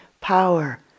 power